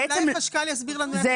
אולי נציג החשב הכללי יסביר לנו איך זה